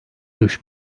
dış